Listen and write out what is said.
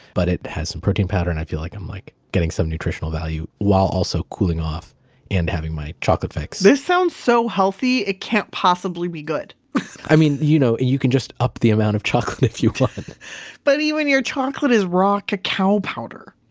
but it has some protein powder and i feel like i'm like getting some nutritional value while also cooling off and having my chocolate fix this sounds so healthy, it can't possibly be good i mean you know, and you can just up the amount of chocolate if you want but even when your chocolate is raw cacao powder.